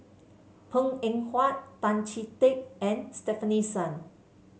Png Eng Huat Tan Chee Teck and Stefanie Sun